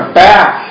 back